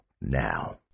now